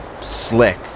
slick